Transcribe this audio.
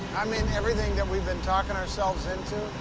i mean, everything that we've been talking ourselves into.